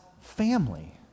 family